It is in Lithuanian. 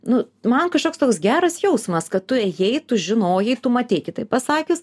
nu man kažkoks toks geras jausmas kad tu ėjai tu žinojai tu matei kitaip pasakius